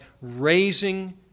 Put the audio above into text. raising